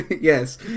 Yes